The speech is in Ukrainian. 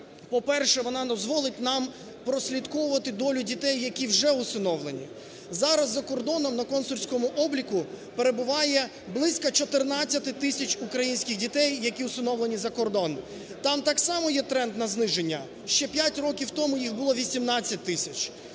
По-перше, вона дозволить нам прослідковувати долю дітей, які усиновлені. Зараз за кордоном на консульському обліку перебуває близько 14 тисяч українських дітей, які усиновлені за кордон. Там так само є тренд на зниження, ще 5 років тому їх було 18 тисяч.